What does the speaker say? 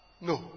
no